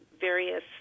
various